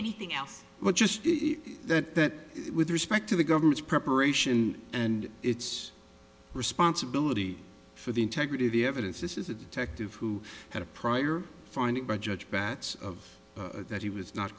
anything else but just that with respect to the government's preparation and its responsibility for the integrity of the evidence this is a detective who had a prior finding by judge batts of that he was not